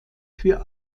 für